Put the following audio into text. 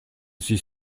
suis